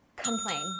Complain